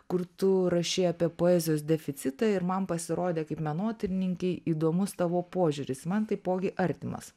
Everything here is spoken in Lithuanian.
kur tu rašei apie poezijos deficitą ir man pasirodė kaip menotyrininkei įdomus tavo požiūris man taipogi artimas